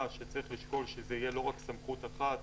שצריך לשקול שזה יהיה לא רק סמכות אחת,